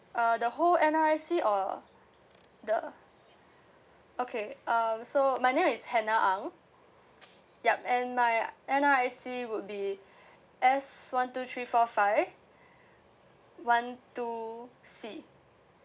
uh the whole N_R_I_C or the okay um so my name is hannah ang yup and my N_R_I_C would be S one two three four five one two C